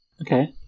Okay